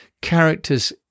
characters